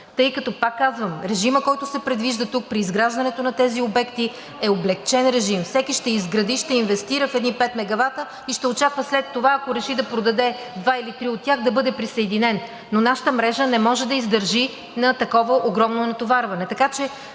тъй като, пак казвам – режимът, който се предвижда тук при изграждането на тези обекти, е облекчен режим, всеки ще изгради, ще инвестира в едни 5 мегавата и ще очаква след това, ако реши да продаде 2 или 3 от тях, да бъде присъединен. Но нашата мрежа не може да издържи на такова огромно натоварване.